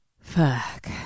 fuck